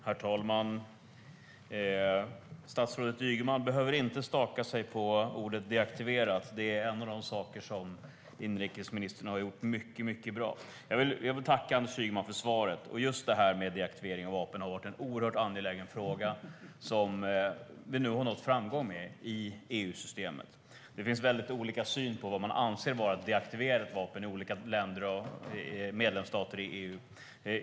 Herr talman! Statsrådet Ygeman behöver inte staka sig på ordet deaktiveras. Det är en av de saker inrikesministern har gjort mycket bra. Jag vill tacka Anders Ygeman för svaret. Just deaktivering av vapen har varit en oerhört angelägen fråga som vi nu har nått framgång med i EU-systemet. Det finns väldigt olika syn på vad man anser vara deaktiverat vapen i olika länder och medlemsstater i EU.